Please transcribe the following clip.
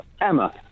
Emma